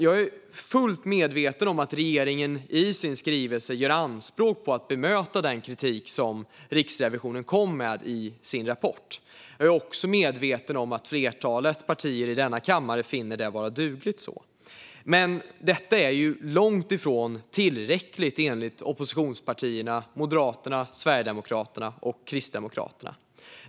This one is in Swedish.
Jag är fullt medveten om att regeringen i sin skrivelse gör anspråk på att bemöta den kritik som Riksrevisionen kom med i sin rapport. Jag är också medveten om att flertalet partier i denna kammare finner det vara dugligt så, men detta är långt ifrån tillräckligt enligt oppositionspartierna Moderaterna, Sverigedemokraterna och Kristdemokraterna.